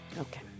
Okay